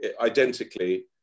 identically